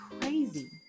crazy